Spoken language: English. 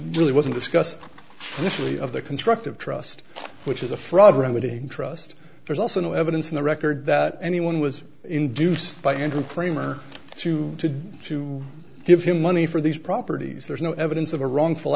really wasn't discussed this way of the constructive trust which is a fraud remedy trust there's also no evidence in the record that anyone was induced by andrew kramer to to give him money for these properties there's no evidence of a wrongful